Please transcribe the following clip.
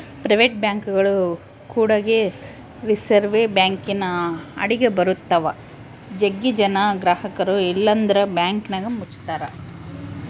private ಬ್ಯಾಂಕ್ಗಳು ಕೂಡಗೆ reserve ಬ್ಯಾಂಕಿನ ಅಡಿಗ ಬರುತ್ತವ, ಜಗ್ಗಿ ಜನ ಗ್ರಹಕರು ಇಲ್ಲಂದ್ರ ಬ್ಯಾಂಕನ್ನ ಮುಚ್ಚುತ್ತಾರ